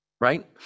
Right